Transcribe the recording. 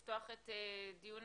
אני פותחת את ישיבת